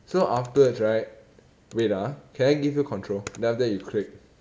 so afterwards right wait ah can I give you control then after that you click